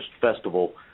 festival